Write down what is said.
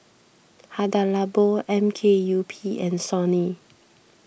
Hada Labo M K U P and Sony